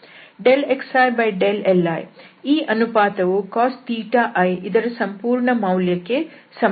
xili ಈ ಅನುಪಾತವು cos i ಇದರ ಸಂಪೂರ್ಣ ಮೌಲ್ಯ ಕ್ಕೆ ಸಮನಾಗಿರುತ್ತದೆ